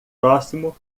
próximo